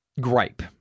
gripe